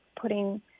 putting